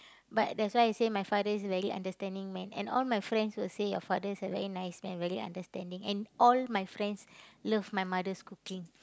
but that's why I say my father is very understanding man and all my friends will say your father is a very nice man very understanding and all my friends love my mother's cooking